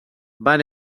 van